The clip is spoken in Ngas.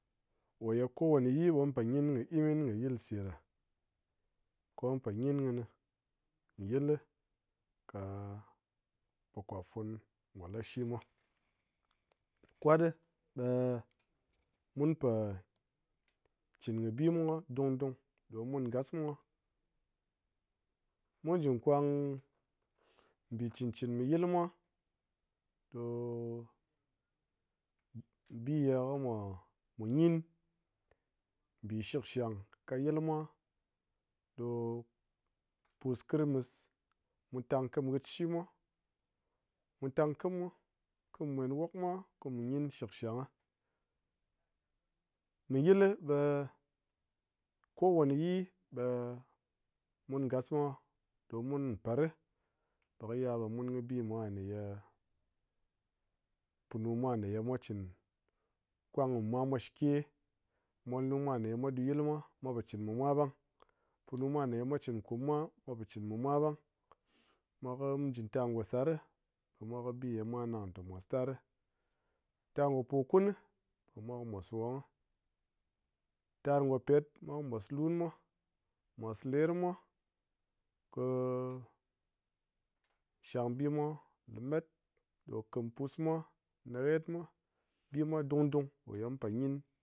O ye kowane yi ɓe mun po nyin kɨ imin kɨ yilse ɗa. Ko mun pò nyin kɨnɨ nyɨlɨ ka pokop fun ngò lashi mwa. Kwat ɗi ɓe mun pò cɨn kɨ bi mwa dung-dung. Ɗo mun Ngas mwa mu jɨ nkwang mbi cɨn-cɨn mɨ yɨl mwa ɗo-o bi ye ko mwa nyin mbi shikshang ka yɨl mwa, ɗo pus krismis, mu tam kɨm nghɨt shi mwa, mu tam kɨm mwa, ko mu mwen wok mwa, ko mu nyin shɨkshang. Mɨ yɨlɨ ɓe kowane yi ɓe mun Ngas mwa ɗo mun Mpèrɨ, ɓe kɨ yal ɓe mun kɨ bi mwa nè ye punu mwa ne ye mwa cɨn kwang kɨ mwa mwa̱ shɨke, molnu mwa nè mwa ɗu yɨl mwa, mwa po cɨn kɨ mɨ mwa ɓang. Punu mwa nè ye mwa cɨn kum mwa, mwa pò cɨn kɨ mɨ mwa ɓang. Mwa kɨ, mu jɨ tar ngò sar, ɓe mwa kɨ bi ye mwa nang tè mòs tarɨ. Tar ngò pokun nɨ ɓe mwa kɨ mos nwōng. Tar ngò pet ɗɨ ɓe mwa kɨ mos lun mwa, mos ler mwa, kɨ nshang bi mwa lèmet, ɗo kɨm pus mwa, naghet mwa. Bi mwa dung-dung ko ye mun pò nyin.